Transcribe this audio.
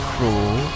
Cruel